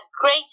great